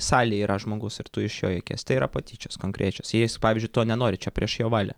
salėj yra žmogus ir tu iš jo juokies tai yra patyčios konkrečios jei jis pavyzdžiui to nenori čia prieš jo valią